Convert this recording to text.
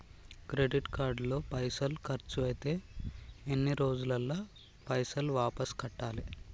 Credit card లో పైసల్ ఖర్చయితే ఎన్ని రోజులల్ల పైసల్ వాపస్ కట్టాలే?